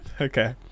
Okay